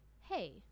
hey